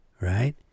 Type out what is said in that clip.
right